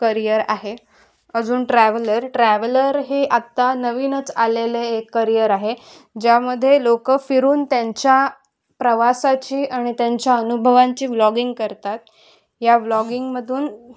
career आहे अजून traveller traveller हे आत्ता नवीनच आलेले एक करियर आहे ज्यामध्ये लोक फिरून त्यांच्या प्रवासाची आणि त्यांच्या अनुभवांची व्लॉगिंग करतात या व्लॉगिंग मधून